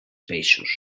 peixos